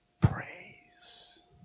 Praise